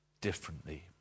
differently